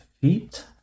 feet